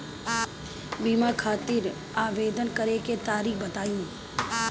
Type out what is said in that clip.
बीमा खातिर आवेदन करे के तरीका बताई?